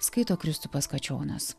skaito kristupas kačionas